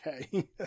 okay